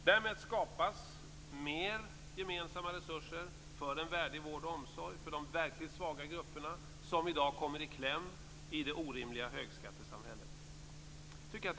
Därmed skapas mer gemensamma resurser för en värdig vård och omsorg för de verkligt svaga grupper som i dag kommer i kläm i det orimliga högskattesamhället.